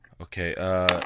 Okay